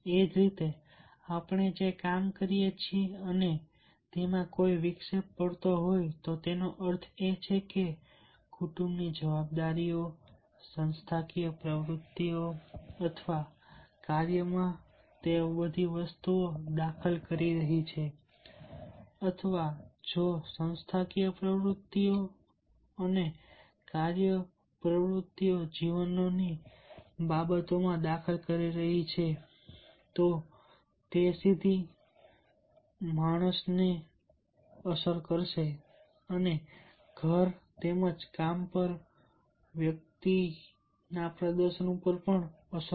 એ જ રીતે આપણે જે કામ કરીએ છીએ અને જો તેમાં કોઈ વિક્ષેપ પડતો હોય તો તેનો અર્થ એ છે કે કુટુંબની જવાબદારીઓ સંસ્થાકીય પ્રવૃત્તિઓ અથવા કાર્યમાં દખલ કરી રહી છે અથવા જો સંસ્થાકીય પ્રવૃત્તિઓ અથવા કાર્ય પ્રવૃત્તિઓ જીવનની બાબતોમાં દખલ કરી રહી છે તો તે સીધી અસર કરશે ઘરે તેમજ કામ પર વ્યક્તિ ના પ્રદર્શન ઉપર